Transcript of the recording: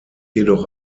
jedoch